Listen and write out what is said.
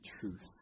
truth